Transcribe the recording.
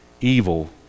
evil